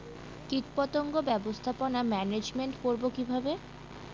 কীটপতঙ্গ ব্যবস্থাপনা ম্যানেজমেন্ট করব কিভাবে?